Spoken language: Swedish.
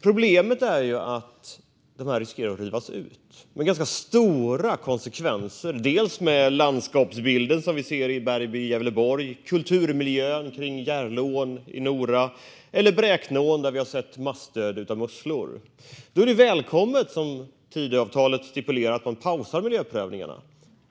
Problemet är att dammarna riskerar att rivas ut, med ganska stora konsekvenser. Det handlar om landskapsbilden, som vi ser i Bergby i Gävleborg, om kulturmiljön, som kring Järleån i Nora, eller, som i Bräkneån, om massdöd av musslor. Då är det välkommet att man, som Tidöavtalet stipulerar, pausar miljöprövningarna.